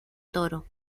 toro